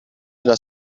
della